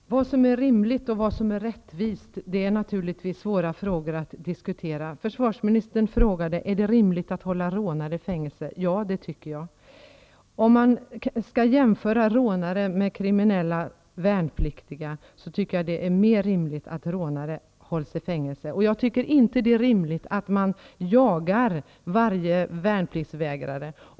Herr talman! Vad som är rimligt och vad som är rättvist är naturligtvis svåra frågor. Försvarsministern frågade: Är det rimligt att hålla rånare i fängelse? Ja, det tycker jag. Om man skall jämföra rånare med kriminella värnpliktiga, tycker jag att det är mer rimligt att rånare hålls i fängelse. Men jag tycker inte det är rimligt att man jagar varje värnpliktsvägrare.